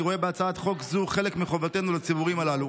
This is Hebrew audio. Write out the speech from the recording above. אני רואה בהצעת חוק זו חלק מחובתנו לציבורים הללו.